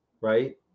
right